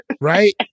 right